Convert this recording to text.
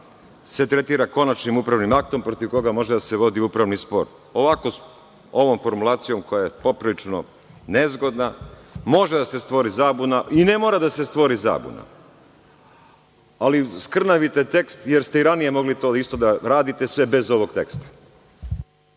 se tretira konačnim upravnim aktom protiv koga može da se vodi upravni spor. Ovako, ovom formulacijom, koja je poprilično nezgodna, može da se stvori zabuna i ne mora da se stvori zabuna, ali skrnavite tekst, jer ste i ranije mogli to isto da radite, sve bez ovog teksta.